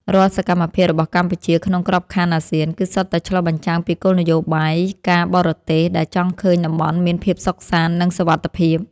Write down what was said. រាល់សកម្មភាពរបស់កម្ពុជាក្នុងក្របខ័ណ្ឌអាស៊ាន គឺសុទ្ធតែឆ្លុះបញ្ចាំងពីគោលនយោបាយការបរទេសដែលចង់ឃើញតំបន់មានភាពសុខសាន្ត និងសុវត្ថិភាព។